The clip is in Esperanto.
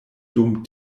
dum